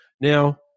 now